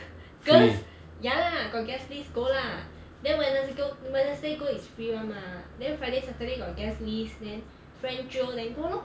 girls ya lah got guest list go lah then wednes~ go wednesday go is free [one] mah then friday saturday got guest list then friend jio then go lor